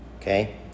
Okay